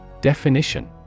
Definition